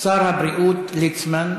שר הבריאות ליצמן,